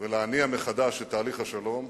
ולהניע מחדש את תהליך השלום,